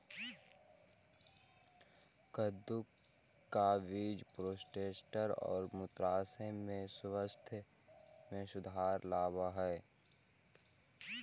कद्दू का बीज प्रोस्टेट और मूत्राशय के स्वास्थ्य में सुधार लाव हई